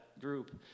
group